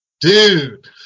Dude